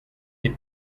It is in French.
les